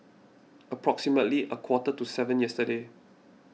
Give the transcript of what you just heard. approximately a quarter to seven yesterday